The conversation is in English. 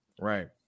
right